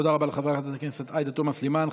תודה רבה, חברת הכנסת עאידה תומא סלימאן.